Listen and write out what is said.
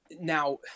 now